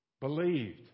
believed